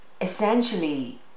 essentially